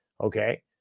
okay